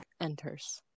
enters